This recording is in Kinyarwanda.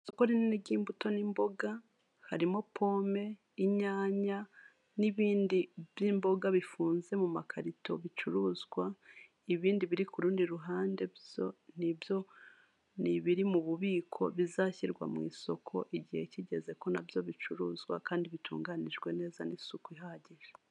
Isoko rinini ry'imbuto n'imboga harimo pome, inyanya n'ibindi by'imboga bifunze mu makarito bicuruzwa, ibindi biri k'urundi ruhande byo ni ibyo, ni ibiri mu bubiko bizashyirwa mu isoko igihe kigeze ko nabyo bicuruzwa, kandi bitunganijwe neza n'isuku ihagije.